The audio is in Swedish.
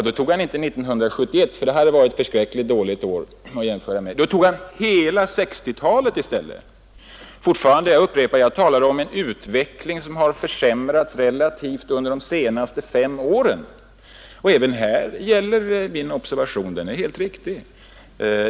Då tog han inte 1971, för det hade varit ett förskräckligt dåligt år att jämföra med, utan då tog han hela 1960-talet i stället. Jag upprepar att jag talade om en utveckling som har försämrats relativt sett under de senaste fem åren, och även här är min observation helt riktig.